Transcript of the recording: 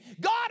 God